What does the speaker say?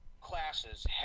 classes